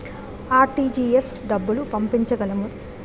RTGS డబ్బులు పంపించగలము?